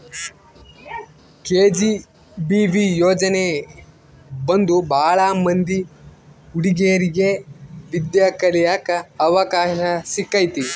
KGBV ಯೋಜನೆ ಬಂದು ಭಾಳ ಮಂದಿ ಹುಡಿಗೇರಿಗೆ ವಿದ್ಯಾ ಕಳಿಯಕ್ ಅವಕಾಶ ಸಿಕ್ಕೈತಿ